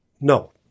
No